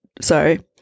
sorry